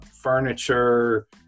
furniture